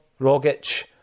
Rogic